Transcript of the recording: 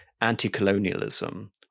anti-colonialism